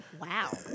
Wow